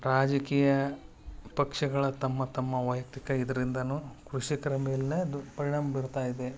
ರಾಜಕೀಯ ಪಕ್ಷಗಳ ತಮ್ಮ ತಮ್ಮ ವಯಕ್ತಿಕ ಇದರಿಂದನು ಕೃಷಿಕರ ಮೇಲೆನೇ ಅದು ಪರಿಣಾಮ ಬೀರ್ತಾಯಿದೆ